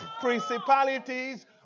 principalities